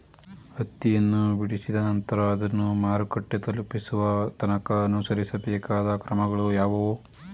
ಹತ್ತಿಯನ್ನು ಬಿಡಿಸಿದ ನಂತರ ಅದನ್ನು ಮಾರುಕಟ್ಟೆ ತಲುಪಿಸುವ ತನಕ ಅನುಸರಿಸಬೇಕಾದ ಕ್ರಮಗಳು ಯಾವುವು?